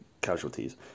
casualties